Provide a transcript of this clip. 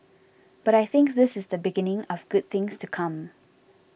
but I think this is the beginning of good things to come